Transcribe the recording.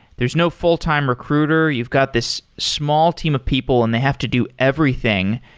there's no full-time recruiter. you've got this small team of people and they have to do everything.